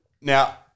Now